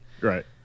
right